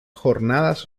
jornadas